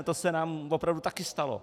To se nám opravdu také stalo.